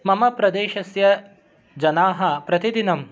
मम प्रदेशस्य जनाः प्रतिदिनं